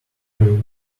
you